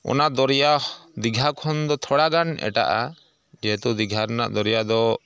ᱚᱱᱟ ᱫᱚᱨᱭᱟ ᱫᱤᱜᱷᱟ ᱠᱷᱚᱱᱫᱚ ᱛᱷᱚᱲᱟᱜᱟᱱ ᱮᱴᱟᱜᱼᱟ ᱡᱮᱦᱮᱛᱩ ᱫᱤᱜᱷᱟ ᱨᱮᱱᱟᱜ ᱫᱚᱨᱭᱟᱫᱚ